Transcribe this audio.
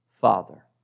Father